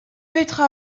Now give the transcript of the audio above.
petra